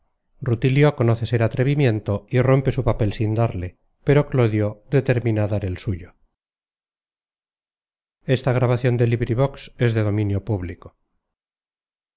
rutilio conoce ser atrevimiento y rompe su papel sin darle pero clodio determina dar el suyo